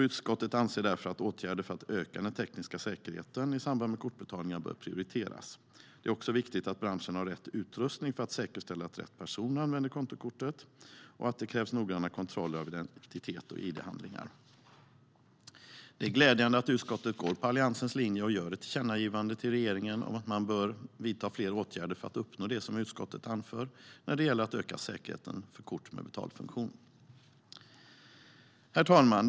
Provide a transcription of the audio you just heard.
Utskottet anser därför att åtgärder för att öka den tekniska säkerheten i samband med kortbetalningar bör prioriteras. Det är också viktigt att branschen har rätt utrustning för att säkerställa att rätt person använder kontokortet, och noggranna kontroller krävs av identitet och id-handlingar. Det är glädjande att utskottet går på Alliansens linje och gör ett tillkännagivande till regeringen om att man bör vidta flera åtgärder för att uppnå det som utskottet anför när det gäller att öka säkerheten för kort med betalfunktion. Herr talman!